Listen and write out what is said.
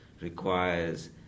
requires